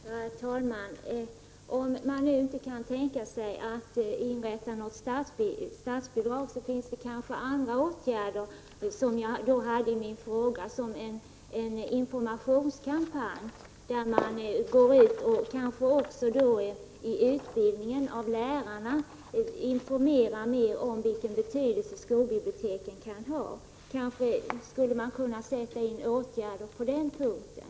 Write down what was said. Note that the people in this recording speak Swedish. Herr talman! Om man nu inte kan tänka sig att inrätta ett statsbidrag finns det kanske andra åtgärder, såsom jag redovisade i min fråga. Man kan t.ex. gå ut med en informationskampanj och också vid utbildningen av lärare informera om den betydelse som skolbiblioteken har. Kanske skulle man kunna sätta in åtgärder den vägen?